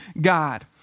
God